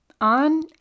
On